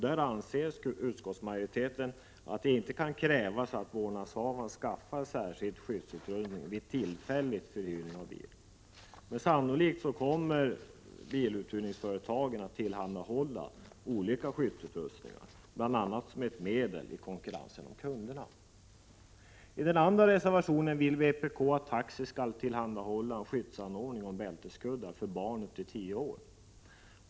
Där anser utskottsmajoriteten att det inte kan krävas att vårdnadshavaren skaffar särskild skyddsanordning vid tillfällig förhyrning av bil, men sannolikt kommer biluthyrningsföretagen att tillhandahålla olika skyddsut 125 rustningar, bl.a. som ett medel i konkurrensen om kunderna. I reservation 2 vill vpk att taxi skall tillhandahålla skyddsanordning som bälteskuddar för barn upp till tio år.